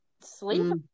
sleep